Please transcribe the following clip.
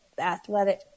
athletic